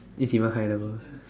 this even higher level